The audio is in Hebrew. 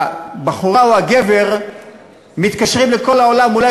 הבחורה או הגבר מתקשרים לכל העולם אולי